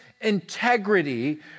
integrity